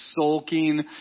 sulking